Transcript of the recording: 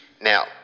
Now